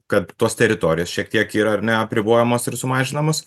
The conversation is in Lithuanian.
kad tos teritorijos šiek tiek yra ar ne apribojamos ir sumažinamos